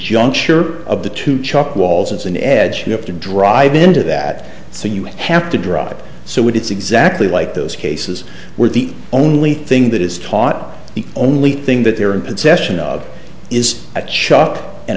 juncture of the two chalk walls it's an edge you have to drive into that so you have to drop it so it's exactly like those cases where the only thing that is taught the only thing that they are in possession of is a shop and